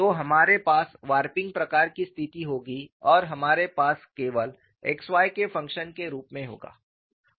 तो हमारे पास वारपिंग प्रकार की स्थिति होगी और हमारे पास केवल x y के फंक्शन के रूप में होगा